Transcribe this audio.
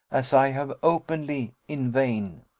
as i have openly, in vain.